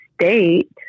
state